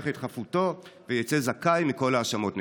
את חפותו ויצא זכאי מכל ההאשמות נגדו.